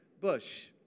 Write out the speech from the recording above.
bush